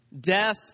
death